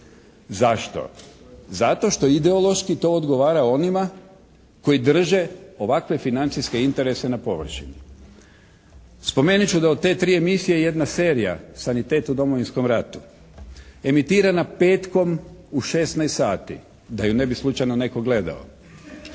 Zašto? Zato što ideološki to odgovara onima koji drže ovakve financijske interese na površini. Spomenut ću da od te tri emisije, jedna serija "Sanitet u Domovinskom ratu" emitirana petkom u 16 sati, da ju ne bi slučajno netko gledao.